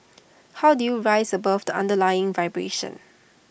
how do you rise above the underlying vibration